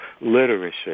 literacy